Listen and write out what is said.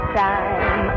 time